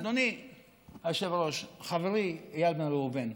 אדוני היושב-ראש, חברי איל בן ראובן: